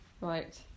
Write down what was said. Right